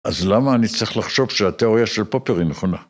‫אז למה אני צריך לחשוב ‫שהתיאוריה של פופירי נכונה?